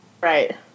Right